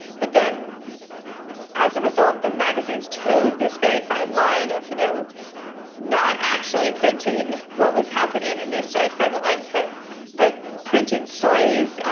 but then as a result, the magazines toed this very fine line of you know not actually printing in what was happening in these stars' private lives but but printing stories,